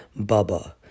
Bubba